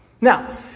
Now